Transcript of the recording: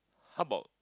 how about